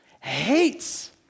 hates